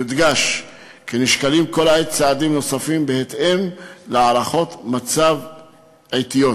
יודגש כי נשקלים כל העת צעדים נוספים בהתאם להערכות מצב עתיות.